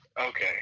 Okay